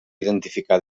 identificar